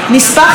או 2,